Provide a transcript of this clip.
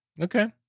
Okay